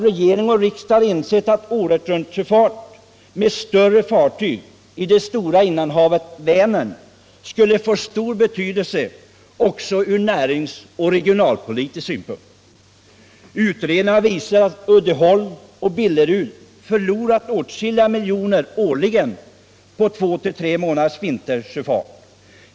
Regering och riksdag har insett att åretruntsjöfart med större fartyg i det stora innanhavet 207 Vänern skulle få stor betydelse också från näringsoch regionalpolitisk synpunkt. Utredningar har visat att Uddeholm och Billerud förlorat åtskilliga miljoner årligen på två tre vintermånaders sjöfartsstopp i Vänern.